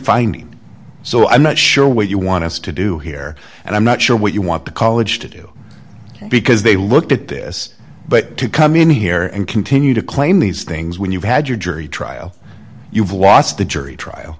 finding so i'm not sure what you want us to do here and i'm not sure what you want the college to do because they look at this but to come in here and continue to claim these things when you've had your jury trial you've lost the jury trial